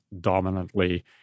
dominantly